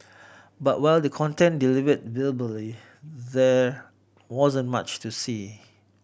but while the content delivered verbally there wasn't much to see